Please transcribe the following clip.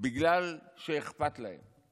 בגלל שאכפת להם.